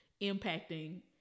impacting